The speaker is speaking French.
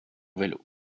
vélo